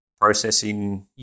processing